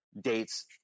dates